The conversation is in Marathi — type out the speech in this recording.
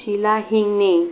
शीला हिंगने